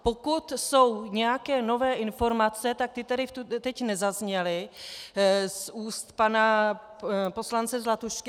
Pokud jsou nějaké nové informace, tak ty tady teď nezazněly z úst pana poslance Zlatušky.